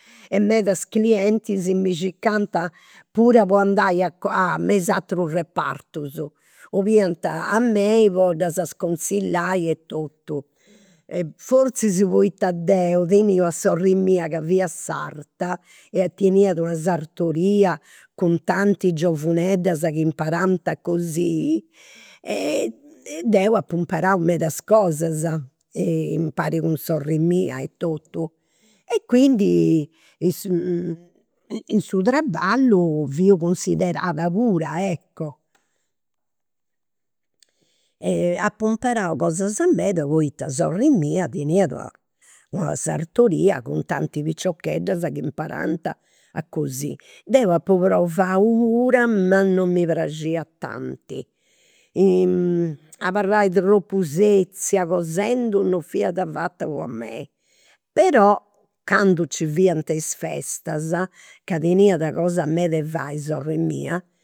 E medas clientis mi circant puru po andai a me is aturus repartus, 'oliant a mei po ddas consillai e totu. Forzis poita deu teniu a sorri mia ca fia sarta, e teniat una sartoria cun tantis giovuneddas chi imparant a cosiri, e e deu apu imparau medas cosas impari cun sorri mia e totu. E quindi in su in su traballu fiu cunsiderada puru, ecco. Apu imparau cosas medas poita sorri mia teniat una una sartoria cun tanti piciocheddas chi imparant a cosiri. Deu apu provau pura ma non mi praxiat tanti. Abarrai tropu setzia cosendi non fiat fata po mei. Però candu nci fiant is festas, ca teniat cosas medas de fai sorri mia